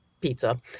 pizza